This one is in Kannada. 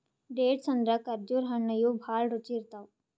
ಡೇಟ್ಸ್ ಅಂದ್ರ ಖರ್ಜುರ್ ಹಣ್ಣ್ ಇವ್ ಭಾಳ್ ರುಚಿ ಇರ್ತವ್